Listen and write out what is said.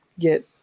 get